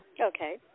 Okay